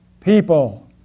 people